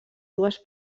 dues